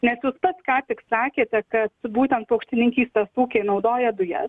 nes jūs pats ką tik sakėte kad būtent paukštininkystės ūkiai naudoja dujas